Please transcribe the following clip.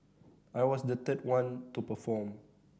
I was the third one to perform